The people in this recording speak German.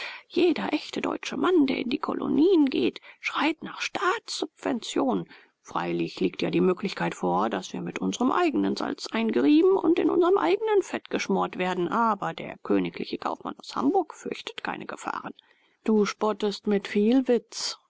jeder echt deutsche mann der in die kolonien geht schreit nach staatssubvention freilich liegt ja die möglichkeit vor daß wir mit unsrem eigenen salz eingerieben und in unserm eigenen fett geschmort werden aber der königliche kaufmann aus hamburg fürchtet keine gefahren du spottest mit viel witz